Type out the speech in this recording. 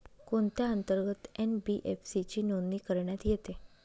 कोणत्या अंतर्गत एन.बी.एफ.सी ची नोंदणी करण्यात येते?